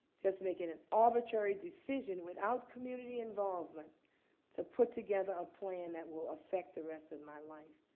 just making an arbitrary decision without community involvement to put together a plan that will affect the rest of my life.